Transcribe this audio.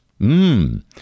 mmm